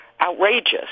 outrageous